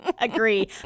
Agree